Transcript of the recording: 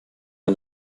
der